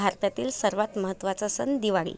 भारतातील सर्वात महत्वाचा सण दिवाळी